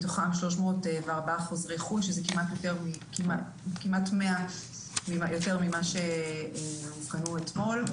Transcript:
מתוכם 304 חוזרים מחו"ל שזה כמעט 100 יותר ממה שאובחנו אתמול.